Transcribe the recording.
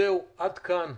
עד כאן.